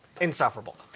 insufferable